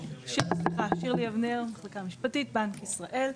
שירלי אבנר, המחלקה המשפטית בבנק ישראל.